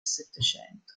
settecento